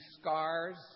scars